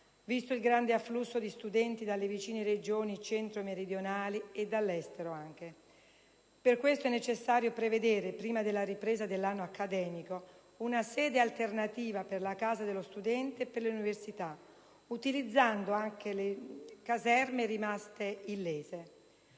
visto il grande afflusso di studenti dalle vicine Regioni centro-meridionali e anche dall'estero. Per questo è necessario prevedere, prima della ripresa dell'anno accademico, una sede alternativa per la casa dello studente e per l'università, utilizzando anche le caserme rimaste illese.